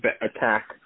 attack